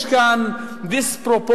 יש כאן דיספרופורציה,